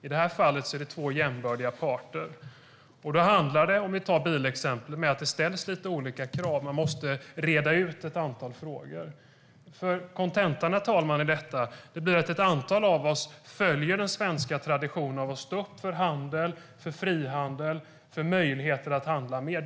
I det här fallet är det två jämbördiga parter. Låt oss se på bilexemplet. Det ställs olika krav. Man måste reda ut ett antal frågor. Kontentan i detta blir att ett antal av oss följer den svenska traditionen att stå upp för handel, för frihandel och för möjligheten att handla mer.